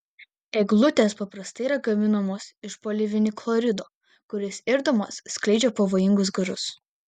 eglutės paprastai yra gaminamos iš polivinilchlorido kuris irdamas skleidžia pavojingus garus